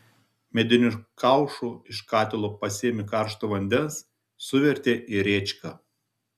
mediniu kaušu iš katilo pasėmė karšto vandens suvertė į rėčką